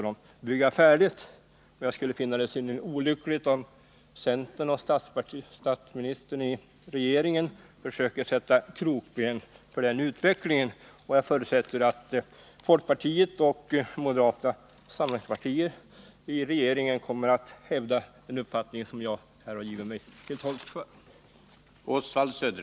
Det vore olyckligt om centern och statsministern i regeringen försökte sätta krokben för den utvecklingen. Jag förutsätter att folkpartiets och moderata samlingspartiets representanter i regeringen kommer att hävda den uppfattning som jag här har gjort mig till tolk för.